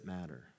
matter